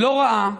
לא ראה,